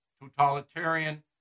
totalitarian